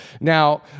Now